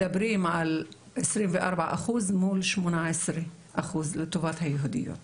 מדברים על 24 אחוזים מול 18 אחוזים לטובת היהודיות.